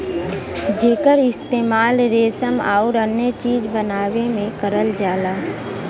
जेकर इस्तेमाल रेसम आउर अन्य चीज बनावे में करल जाला